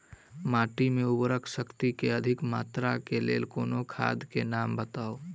माटि मे उर्वरक शक्ति केँ अधिक मात्रा केँ लेल कोनो खाद केँ नाम बताऊ?